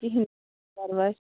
کِہیٖنۍ پرواے